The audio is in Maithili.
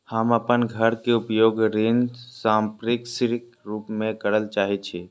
हम अपन घर के उपयोग ऋण संपार्श्विक के रूप में करल चाहि छी